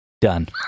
Done